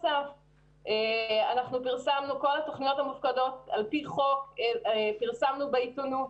כל התוכניות המופקדות על פי חוק פרסמנו בעיתונים.